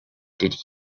did